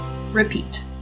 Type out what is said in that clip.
repeat